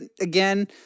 again